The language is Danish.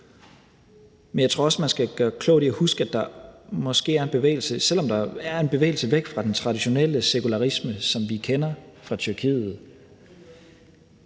Men jeg tror også, man gør klogt i at huske, at selv om der måske er en bevægelse væk fra den traditionelle sekularisme, som vi kender fra Tyrkiet,